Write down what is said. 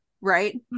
Right